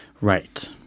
Right